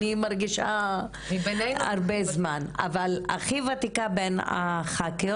אני מרגישה הרבה זמן, אבל הכי ותיקה בין הח"כיות.